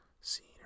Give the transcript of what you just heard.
Seen